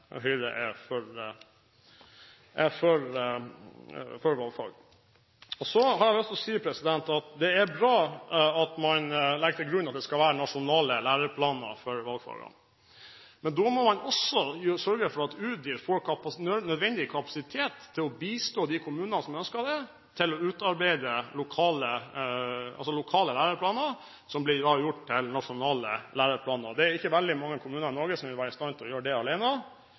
Høyre er for valgfag. Så har jeg lyst til å si at det er bra at man legger til grunn at det skal være nasjonale læreplaner for valgfagene. Men da må man også sørge for at Utdanningsdirektoratet får nødvendig kapasitet til å bistå de kommunene som ønsker det, med å utarbeide lokale læreplaner og gjøre dem til nasjonale læreplaner. Det er ikke veldig mange kommuner i Norge som vil være i stand til å gjøre det alene.